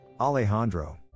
Alejandro